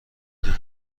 دونه